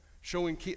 showing